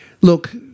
look